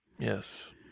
Yes